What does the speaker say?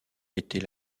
était